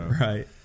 Right